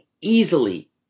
easily